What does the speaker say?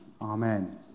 amen